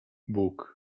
bóg